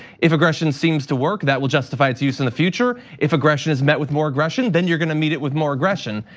if aggression seems to work that will justify its use in the future. if aggression is met with more aggression, then you're going to meet it with more aggression.